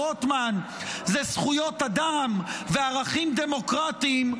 רוטמן זה זכויות אדם וערכים דמוקרטיים,